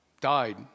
Died